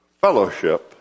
fellowship